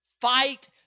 Fight